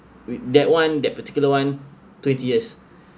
with that one that particular one twenty years